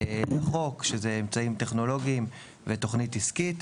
לחוק, שאלה אמצעים טכנולוגיים ותוכנית עסקית.